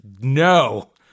no